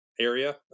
area